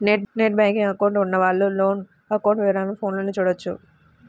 net banking account ఉన్నవాళ్ళు loan account వివరాలను ఫోన్లోనే చూడొచ్చు